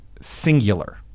Singular